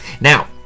Now